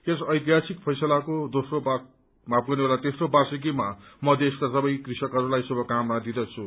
यस ऐतिहासिक फैसलाको तेम्रो वार्षिकीमा म देशका सबै कृषकहरूलाई शुभकामना दिँदछु